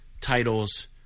titles